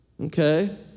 Okay